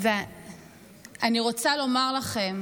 אני רוצה לומר לכם